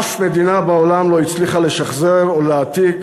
אף מדינה בעולם לא הצליחה לשחזר או להעתיק